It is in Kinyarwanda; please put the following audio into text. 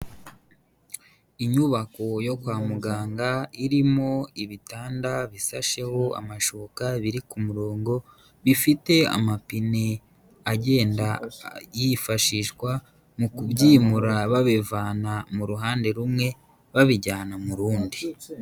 Inyubako yo kwa muganga irimo ibitanda bisasheho amashuka biri ku murongo, bifite amapine agenda yifashishwa mu kubyimura babivana mu ruhande rumwe babijyana mu rundi.